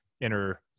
inner